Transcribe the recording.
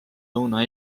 lõuna